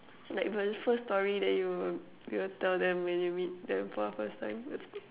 like the first story that you'll you'll tell them when you meet them for the first time